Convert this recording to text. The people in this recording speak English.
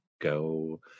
go